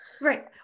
Right